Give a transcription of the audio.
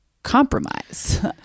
compromise